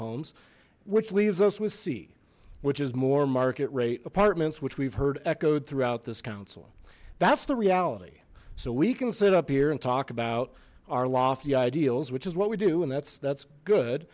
homes which leaves us with c which is more market rate apartments which we've heard echoed throughout this council that's the reality so we can sit up here and talk about our lofty ideals which is what we do and that's that's good